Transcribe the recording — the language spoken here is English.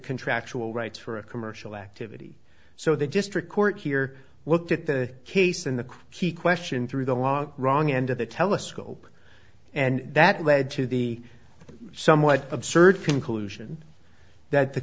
contractual rights for a commercial activity so the district court here looked at the case in the key question through the long wrong end of the telescope and that led to the somewhat absurd conclusion that the